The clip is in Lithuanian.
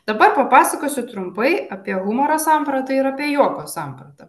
dabar papasakosiu trumpai apie humoro sampratą ir apie juoko sampratą